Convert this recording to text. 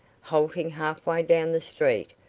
halting half-way down the street,